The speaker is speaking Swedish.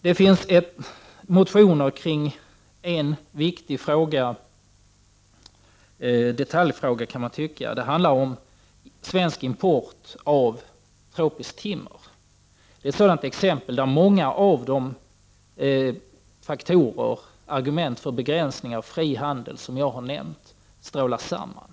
Det föreligger motioner kring en viktig fråga — en detaljfråga, kan man tycka — nämligen om svensk import av tropiskt timmer. Det är ett sådant exempel där många av de argument för fri handel som jag har nämnt strålar samman.